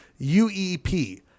UEP